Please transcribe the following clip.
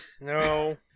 No